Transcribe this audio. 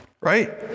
Right